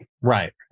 Right